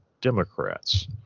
Democrats